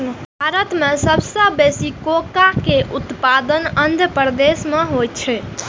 भारत मे सबसं बेसी कोकोआ के उत्पादन आंध्र प्रदेश मे होइ छै